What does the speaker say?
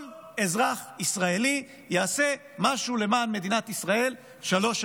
כל אזרח ישראלי יעשה משהו למען מדינת ישראל שלוש שנים,